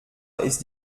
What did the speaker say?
ist